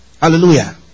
Hallelujah